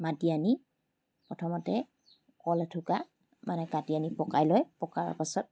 মাতি আনি প্ৰথমতে কল এঠোকা মানে কাটি আনি পকাই লয় পকাৰ পাছত